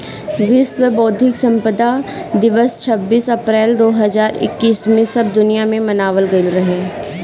विश्व बौद्धिक संपदा दिवस छब्बीस अप्रैल दो हज़ार इक्कीस में सब दुनिया में मनावल गईल रहे